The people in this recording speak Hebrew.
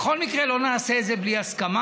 בכל מקרה, לא נעשה את זה בלי הסכמה,